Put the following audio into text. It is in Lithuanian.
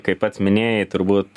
kaip pats minėjai turbūt